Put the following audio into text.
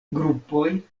grupoj